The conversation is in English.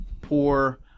poor